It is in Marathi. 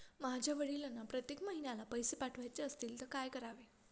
माझ्या वडिलांना प्रत्येक महिन्याला पैसे पाठवायचे असतील तर काय करावे?